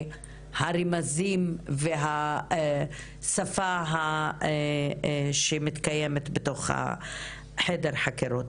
הרמזים והשפה שמתקיימת בתוך חדר החקירות.